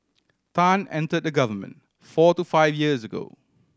Tan entered the government four to five years ago